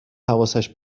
حواسش